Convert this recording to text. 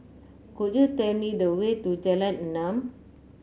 could you tell me the way to Jalan Enam